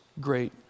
great